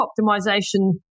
optimization